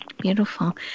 Beautiful